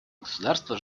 государство